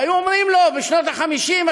והיו אומרים לו בשנות ה-50,